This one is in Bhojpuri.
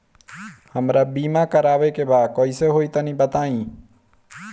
हमरा बीमा करावे के बा कइसे होई तनि बताईं?